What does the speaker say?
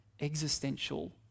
Existential